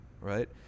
right